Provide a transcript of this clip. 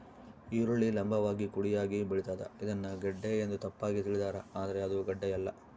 ಈರುಳ್ಳಿ ಲಂಭವಾಗಿ ಕುಡಿಯಾಗಿ ಬೆಳಿತಾದ ಇದನ್ನ ಗೆಡ್ಡೆ ಎಂದು ತಪ್ಪಾಗಿ ತಿಳಿದಾರ ಆದ್ರೆ ಇದು ಗಡ್ಡೆಯಲ್ಲ